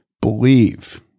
believe